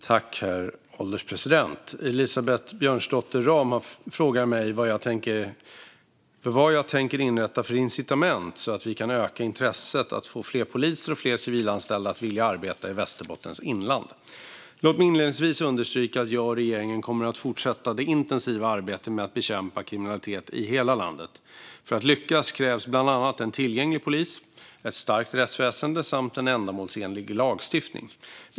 Herr ålderspresident! Elisabeth Björnsdotter Rahm frågar mig vad jag tänker inrätta för incitament så att vi kan öka intresset och få fler poliser och fler civilanställda att vilja arbeta i Västerbottens inland. Låt mig inledningsvis understryka att jag och regeringen kommer att fortsätta det intensiva arbetet med att bekämpa kriminalitet i hela landet. För att lyckas krävs bland annat en tillgänglig polis, ett starkt rättsväsen och en ändamålsenlig lagstiftning.